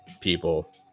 people